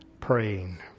praying